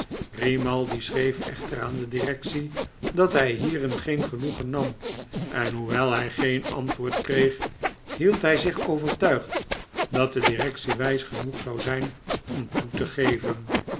grimaldi schreef echter aan de directie dat mj hierin geen genoegen nam en hoewel hij geen antwoord kreeg hield hij zich overtuigd dat de directie wijs genoeg zou zijn om toe te geven